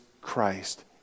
Christ